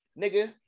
nigga